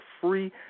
free